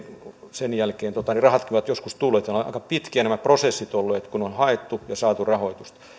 sen jälkeen rahatkin ovat joskus tulleet nämä ovat olleet aika pitkiä nämä prosessit kun on haettu ja saatu rahoitusta